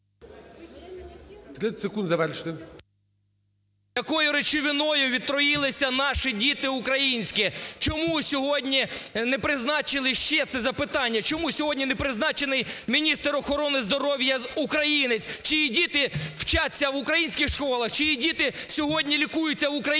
якою речовиною отруїлися наші діти українські. Чому сьогодні не призначили ще – це запитання – чому сьогодні не призначений міністр охорони здоров'я українець, чиї діти вчаться в українських школах, чиї діти сьогодні лікуються в українських